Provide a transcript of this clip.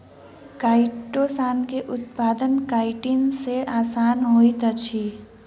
chitosan के उत्पादन chitin सॅ आसान होइत अछि